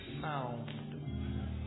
sound